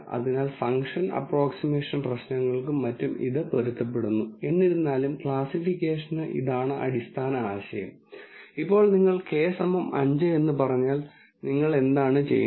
അതിനാൽ ഞാൻ നിങ്ങളോട് ചോദിക്കും മേശപ്പുറത്ത് എല്ലാം ഉണ്ട് എന്നിട്ട് ഞാൻ നിങ്ങളോട് ഈ ചോദ്യം തുടർന്നും ഞാൻ നിങ്ങളോട് ചോദിക്കും മേശപ്പുറത്ത് എല്ലാം ഉണ്ടോ എന്നിട്ട് ഞാൻ നിങ്ങളോട് നമുക്ക് ശരിക്കും കാണാൻ കഴിയാത്ത കാര്യങ്ങൾ എന്താണ് എന്ന ഈ ചോദ്യം ചോദിക്കും